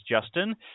Justin